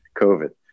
COVID